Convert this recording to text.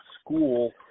school